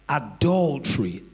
adultery